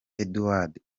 edouard